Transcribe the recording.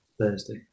thursday